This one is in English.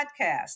podcast